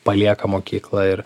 palieka mokyklą ir